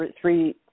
three